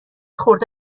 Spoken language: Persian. خورده